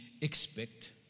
expect